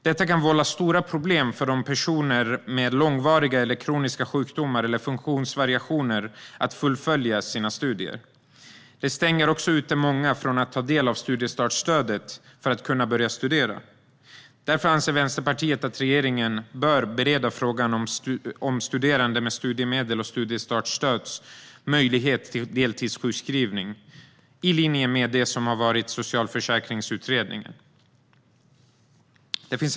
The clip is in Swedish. Detta kan vålla stora problem för personer med långvariga eller kroniska sjukdomar eller funktionsvariationer att fullfölja sina studier. Det stänger också ute många från att ta del av studiestartsstödet för att kunna börja studera. Därför anser Vänsterpartiet att regeringen bör bereda frågan om möjligheten till deltidssjukskrivning för studerande med studiemedel och studiestartsstöd, i linje med Socialförsäkringsutredningens förslag.